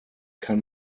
kann